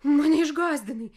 mane išgąsdinai